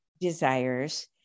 desires